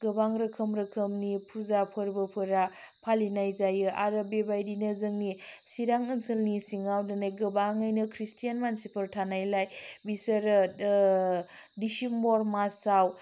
गोबां रोखोम रोखोमनि फुजा फोरबोफोरा फालिनाय जायो आरो बेबायदिनो जोंनि चिरां ओनसोलनि सिङाव दिनै गोबाङैनो ख्रिस्टियान मानसिफोर थानायलाय बेसोरो दिसिम्बर मार्चआव